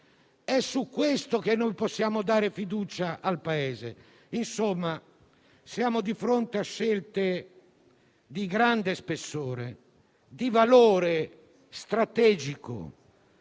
È su questo che possiamo dare fiducia al Paese. Siamo di fronte a scelte di grande spessore e di valore strategico.